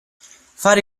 fare